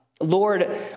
Lord